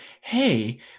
hey